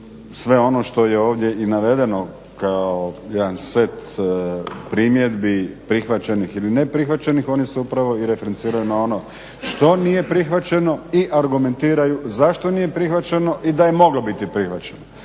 sve ono što je ovdje navedeno kao jedan set primjedbi prihvaćenih ili ne prihvaćenih on se upravo i referencira na ono što nije prihvaćeno i argumentiraju zašto nije prihvaćeno i da je moglo biti prihvaćeno.